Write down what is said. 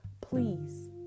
please